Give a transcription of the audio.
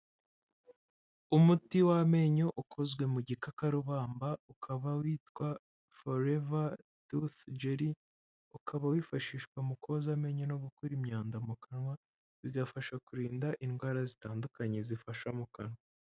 Umuti w'amenyo ukozwe mu gikakarubamba, ukaba witwa Foreva tusi jeri, ukaba wifashishwa mu koza amenyo no gukura imyanda mu kanwa, bigafasha kurinda indwara zitandukanye zifasha mu kanwa.